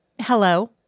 Hello